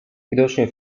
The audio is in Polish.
widocznie